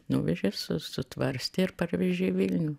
nuvežė su sutvarstė ir parvežė į vilnių